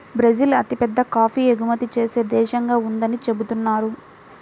Brazil అతిపెద్ద coffee ఎగుమతి చేసే దేశంగా ఉందని చెబుతున్నారు